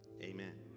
amen